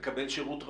מקבל שירות ראוי.